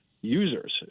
users